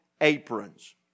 aprons